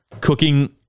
cooking